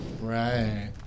Right